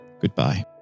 goodbye